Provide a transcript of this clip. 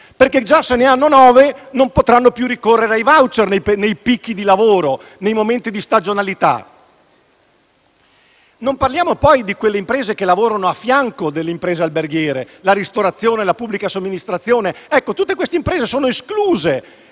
perché già se ne hanno nove non potranno più ricorrere ai *voucher* nei picchi di lavoro e nei momenti di stagionalità. Non parliamo poi di quelle imprese che lavorano a fianco delle imprese alberghiere, come quelle della ristorazione e della pubblica somministrazione: tutte queste imprese sono escluse